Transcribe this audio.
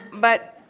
but,